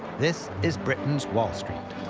this is britain's wall street,